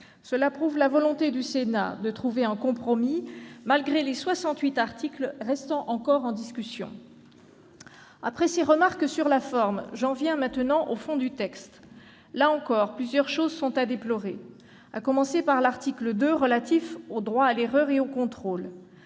Cela prouve la volonté du Sénat de trouver un compromis, malgré les soixante-huit articles restant encore en discussion. Après ces remarques sur la forme, j'en viens maintenant au fond. Là encore, plusieurs points sont à déplorer, à commencer par l'article 2 relatif aux droits à l'erreur et au droit